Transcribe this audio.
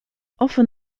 often